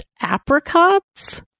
apricots